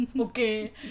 Okay